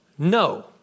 No